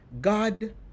God